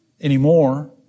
anymore